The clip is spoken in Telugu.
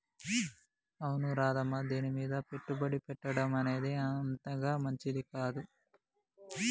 అవును రాధమ్మ దీనిమీద పెట్టుబడి పెట్టడం అనేది అంతగా మంచిది కాదు